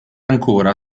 ancora